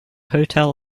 hotel